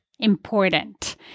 Important